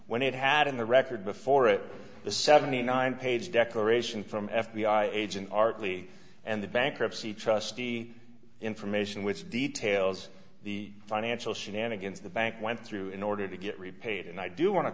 when it had in the record before it the seventy nine page declaration from f b i agent artley and the bankruptcy trustee information which details the financial shenanigans the bank went through in order to get repaid and i do want to